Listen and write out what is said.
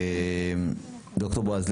ד"ר בעז,